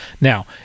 Now